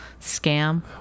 scam